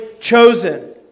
chosen